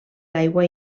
l’aigua